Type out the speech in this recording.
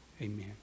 Amen